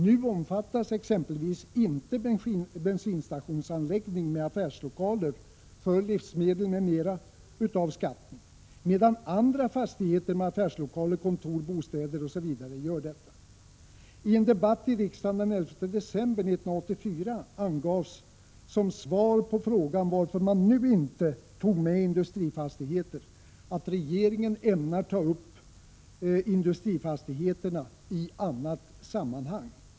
Nu omfattas exempelvis inte bensinstationsanläggning med affärslokaler för livsmedel m.m. av skatten, medan andra fastigheter med affärslokaler, kontor, bostäder osv. gör det. I en debatt i riksdagen den 11 december 1984 angavs, som svar på frågan varför man då inte tog med industrifastigheter, att regeringen ämnade ta upp industrifastigheterna i annat sammanhang.